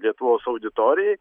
lietuvos auditorijai